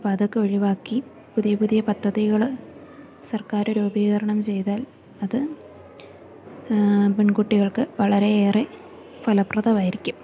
അപ്പം അതൊക്കെ ഒഴിവാക്കി പുതിയ പുതിയ പദ്ധതികള് സർക്കാര് രൂപീകരണം ചെയ്താൽ അത് പെൺകുട്ടികൾക്ക് വളരേയേറെ ഫലപ്രദമായിരിക്കും